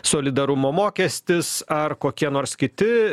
solidarumo mokestis ar kokie nors kiti